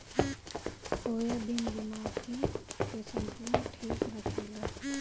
soybean दिमागी के संतुलन ठीक रखेला